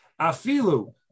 Afilu